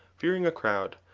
fearing a crowd,